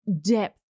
depth